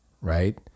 Right